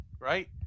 right